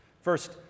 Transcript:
First